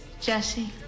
Jesse